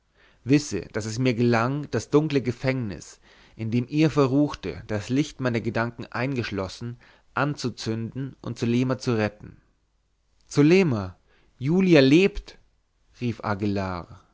wisse daß es mir gelang das dunkle gefängnis in dem ihr verruchte das licht meiner gedanken eingeschlossen anzuzünden und zulema zu retten zulema julia lebt rief aguillar